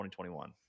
2021